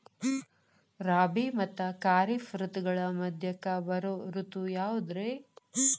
ರಾಬಿ ಮತ್ತ ಖಾರಿಫ್ ಋತುಗಳ ಮಧ್ಯಕ್ಕ ಬರೋ ಋತು ಯಾವುದ್ರೇ?